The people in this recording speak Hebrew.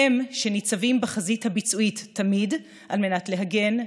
הם שניצבים בחזית הביצועית תמיד על מנת להגן,